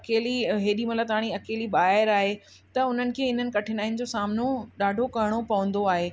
अकेली हेॾीमहिल ताईं अकेली ॿाहिरि आहे त उन्हनि खे इन्हनि कठिनायुनि जो सामिनो ॾाढो करिणो पवंदो आहे